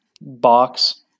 box